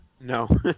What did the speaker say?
No